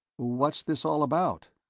what's this all about?